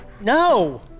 No